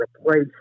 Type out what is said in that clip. replace